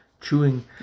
Chewing